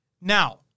Now